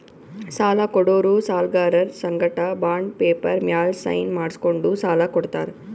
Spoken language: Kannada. ಸಾಲ ಕೊಡೋರು ಸಾಲ್ಗರರ್ ಸಂಗಟ ಬಾಂಡ್ ಪೇಪರ್ ಮ್ಯಾಲ್ ಸೈನ್ ಮಾಡ್ಸ್ಕೊಂಡು ಸಾಲ ಕೊಡ್ತಾರ್